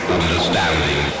understanding